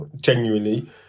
genuinely